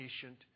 patient